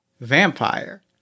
Vampire